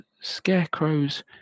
scarecrows